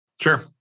Sure